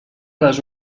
les